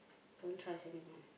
don't trust anyone